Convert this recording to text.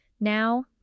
Now